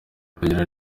urugero